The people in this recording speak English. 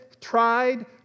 tried